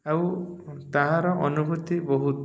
ଆଉ ତାହାର ଅନୁଭୂତି ବହୁତ